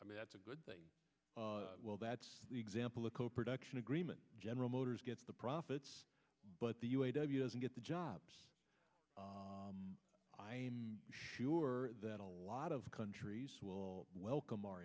i mean that's a good thing well that's the example of co production agreement general motors gets the profits but the u a w doesn't get the job i am sure that a lot of countries will welcome our